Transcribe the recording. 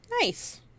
Nice